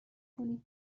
کنیم